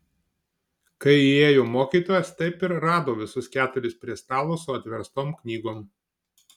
kai įėjo mokytojas taip ir rado visus keturis prie stalo su atverstom knygom